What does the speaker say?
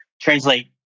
translate